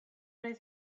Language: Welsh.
oedd